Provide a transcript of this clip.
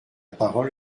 parole